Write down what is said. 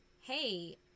hey